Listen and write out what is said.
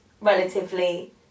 relatively